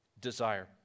desire